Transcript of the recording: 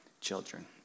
children